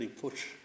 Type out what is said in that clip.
push